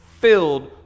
filled